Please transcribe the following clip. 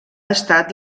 estat